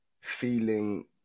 feeling